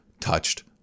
touched